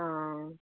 आं